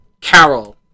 Carol